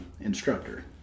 instructor